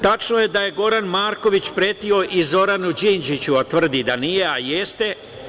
Tačno je da je Goran Marković pretio i Zoranu Đinđiću, a tvrdi da nije, a jeste.